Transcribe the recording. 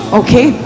okay